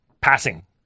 passing